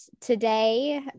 today